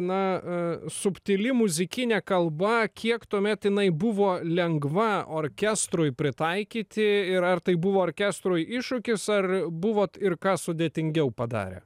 na subtili muzikinė kalba kiek tuomet jinai buvo lengva orkestrui pritaikyti ir ar tai buvo orkestrui iššūkis ar buvot ir ką sudėtingiau padarę